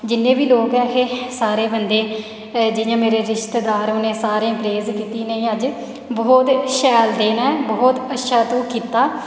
जिन्ने बी बंदे ऐहे सारे बंदे जि'यां मेरे रिश्तेदार उ'नें सारें प्रेज़ कीती अज्ज बहुत शैल दिन ऐ बहुत अच्छा तू कीता